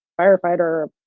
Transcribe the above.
firefighter